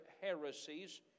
heresies